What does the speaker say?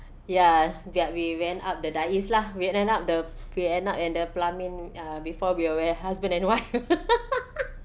ya ya we went up the dais lah we end up the we went up in the pelamin uh before we were husband and wife